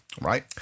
right